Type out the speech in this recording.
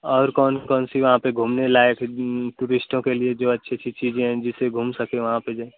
और कौन कौन सी वहाँ पर घूमने लायक है टूरिस्टों के लिए जो अच्छी अच्छी चीज़ें हैं जिसे घूम सके वहाँ पर जो